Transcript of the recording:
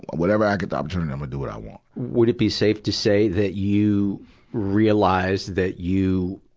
whenever i get the opportunity, i'ma do what i want. would it be safe to say that you realized that you,